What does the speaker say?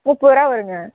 முப்பது ரூபா வருமுங்க